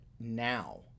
now